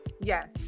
Yes